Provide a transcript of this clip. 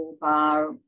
bar